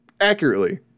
accurately